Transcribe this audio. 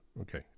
Okay